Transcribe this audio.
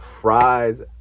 fries